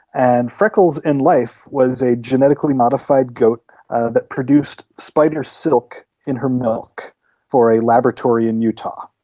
and freckles in life was a genetically modified goat that produced spider's silk in her milk for a laboratory in utah.